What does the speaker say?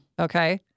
Okay